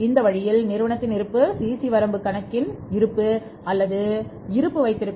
இந்த வழியில் நிறுவனத்தின் இருப்பு சிசி வரம்பு கணக்கின் இருப்பு அல்லது இருப்பு வைத்திருக்கும்